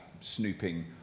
snooping